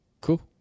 Cool